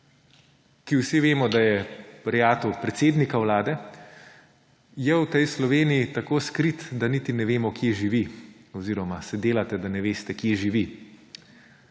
vsi vemo, da je prijatelj predsednika vlade, je v tej Sloveniji tako skrit, da niti ne vemo, kje živi oziroma se delate, da ne veste, kje živi.